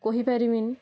କହି ପାରିମିନି